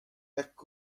hekk